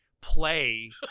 play